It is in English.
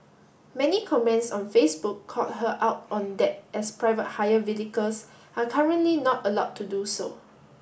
many comments on Facebook called her out on that as private hire are currently not allowed to do so